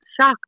shock